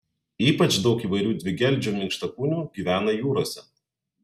ypač daug įvairių dvigeldžių minkštakūnių gyvena jūrose